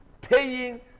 paying